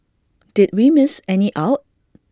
did we miss any out